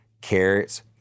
carrots